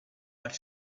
but